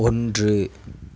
ஒன்று